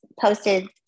posted